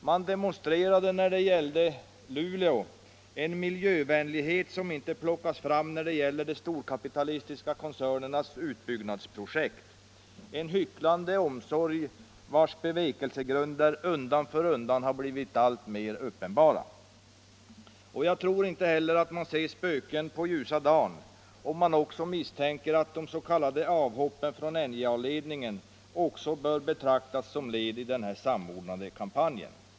Man demonstrerade, när det gällde Luleå, en miljövänlighet som inte plockas fram när det gäller de storkapitalistiska koncernernas utbyggnadsprojekt. En hycklande omsorg vars bevekelsegrunder undan för undan har blivit alltmer uppenbara. Jag tror inte heller att man ser ”spöken på ljusa dan” om man misstänker att de s.k. avhoppen från NJA-ledningen också bör betraktas som ett led i denna samordnade kampanj.